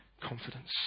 confidence